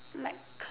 like